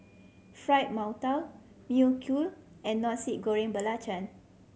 Fried Mantou Mui Kee and Nasi Goreng Belacan